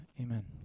amen